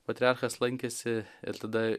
patriarchas lankėsi ir tada